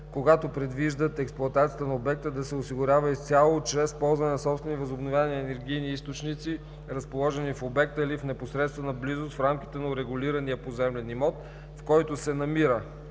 когато предвиждат експлоатацията на обекта да се осигурява изцяло чрез ползване на собствени възобновяеми енергийни източници, разположени в обекта или в непосредствена близост – в рамките на урегулирания поземлен имот, в който се намира.“